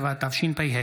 27), התשפ"ה